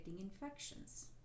infections